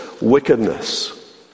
wickedness